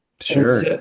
Sure